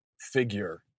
figure